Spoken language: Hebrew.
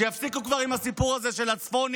שיפסיקו כבר עם הסיפור הזה של הצפונים,